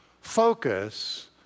focus